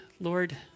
Lord